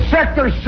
Sector